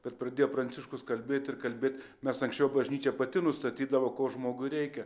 bet pradėjo pranciškus kalbėti ir kalbėti mes anksčiau bažnyčia pati nustatydavo ko žmogui reikia